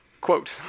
Quote